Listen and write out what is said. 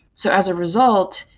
so as a result,